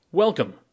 Welcome